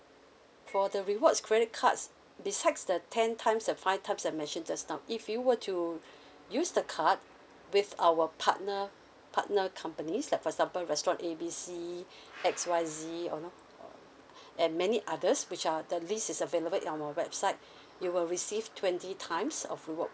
for the rewards credit cards besides the ten times a five times I mentioned just now if you were to use the card with our partner partner companies like for example restaurant A B C X Y Z or no and many others which are the list is available in our website you will receive twenty times or rewards